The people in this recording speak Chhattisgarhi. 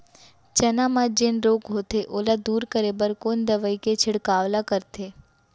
चना म जेन रोग होथे ओला दूर करे बर कोन दवई के छिड़काव ल करथे?